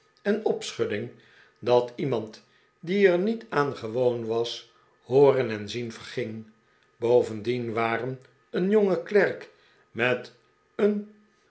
en opschudding dat iemand die er niet aan gewoon was hooren en zien verging bovendien waren een jonge klerk met een